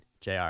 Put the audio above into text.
JR